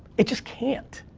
it just can't.